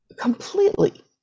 Completely